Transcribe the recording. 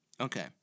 Okay